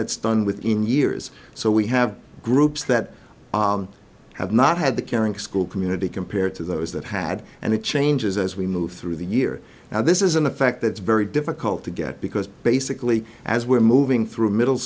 that's done within years so we have groups that have not had the caring school community compared to those that had and it changes as we move through the year now this is an effect that's very difficult to get because basically as we're moving through middle